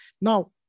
Now